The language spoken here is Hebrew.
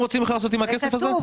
זה כתוב.